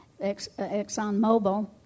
ExxonMobil